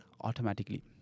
automatically